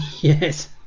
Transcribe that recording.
Yes